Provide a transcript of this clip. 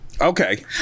Okay